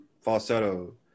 falsetto